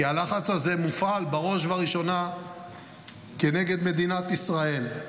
כי הלחץ הזה מופעל בראש ובראשונה כנגד מדינת ישראל.